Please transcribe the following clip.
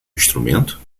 instrumento